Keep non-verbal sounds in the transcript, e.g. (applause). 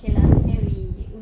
(noise)